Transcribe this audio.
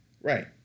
right